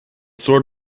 sort